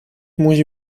může